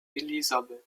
elisabeth